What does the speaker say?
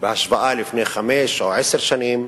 בהשוואה למה שניתן לפני חמש או עשר שנים,